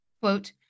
Quote